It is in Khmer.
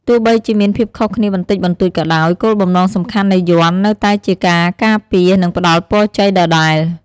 ទោះបីជាមានភាពខុសគ្នាបន្តិចបន្តួចក៏ដោយ គោលបំណងសំខាន់នៃយ័ន្តនៅតែជាការការពារ និងផ្ដល់ពរជ័យដដែល។